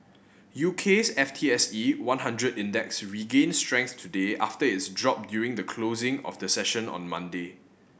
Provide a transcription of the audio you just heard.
U K's F T S E one hundred Index regained strength today after its drop during the closing of the session on Monday